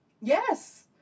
Yes